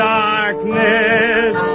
darkness